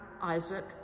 Isaac